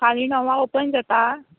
फाल्यां णवां ओपन जाता